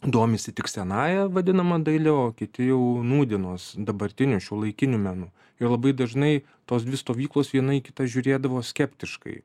domisi tik senąja vadinama daile o kiti jau nūdienos dabartiniu šiuolaikiniu menu ir labai dažnai tos dvi stovyklos viena į kitą žiūrėdavo skeptiškai